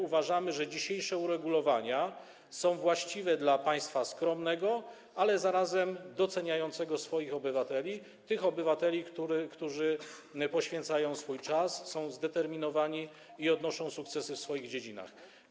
Uważamy, że dzisiejsze uregulowania są właściwe dla państwa skromnego, ale zarazem doceniającego swoich obywateli, tych obywateli, którzy poświęcają swój czas, są zdeterminowani i odnoszą sukcesy w swoich dziedzinach.